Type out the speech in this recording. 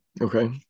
Okay